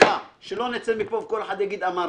שלא נצא מפה וכל אחד יגיד אמרתי.